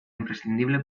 imprescindible